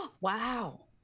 wow